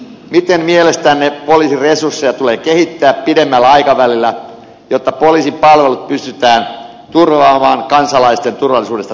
miten mielestänne poliisin resursseja tulee kehittää pidemmällä aikavälillä jotta poliisin palvelut pystytään turvaamaan kansalaisten turvallisuudesta tinkimättä